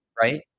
Right